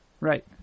Right